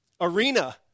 arena